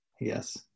Yes